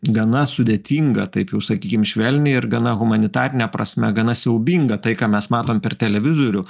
gana sudėtinga taip jau sakykim švelniai ir gana humanitarine prasme gana siaubinga tai ką mes matom per televizorių